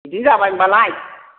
बिदि जाबाय होनबालाय